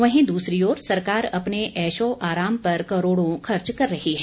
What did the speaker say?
वहीं दूसरी ओर सरकार अपने एशो आराम पर करोड़ों खर्च कर रही है